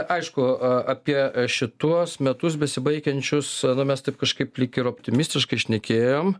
aišku a apie šituos metus besibaigiančius na mes taip kažkaip lyg ir optimistiškai šnekėjom